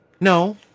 No